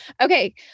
Okay